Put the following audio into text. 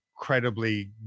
Incredibly